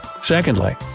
Secondly